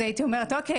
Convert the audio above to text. אז הייתי אומרת אוקיי.